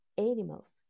Animals